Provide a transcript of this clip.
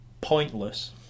pointless